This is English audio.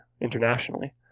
internationally